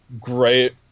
great